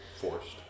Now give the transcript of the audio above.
Forced